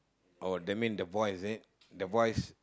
oh that mean the voice is it the voice